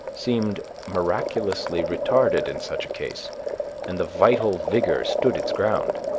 seemed miraculously retarded in such a case and the vital vigor stood its ground.